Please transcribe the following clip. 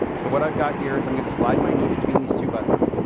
so what i have got here is i'm going to slide my knee between these two buttons,